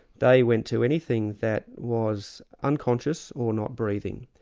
they went to anything that was unconscious or not breathing,